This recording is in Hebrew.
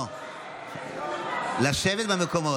לשבת במקומות.